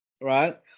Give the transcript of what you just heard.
right